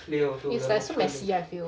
it's like so messy lah